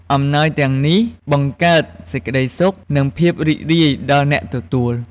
អំណោយទាំងនេះបង្កើតសេចក្ដីសុខ និងភាពរីករាយដល់អ្នកទទួល។